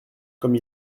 comme